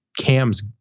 Cam's